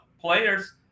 players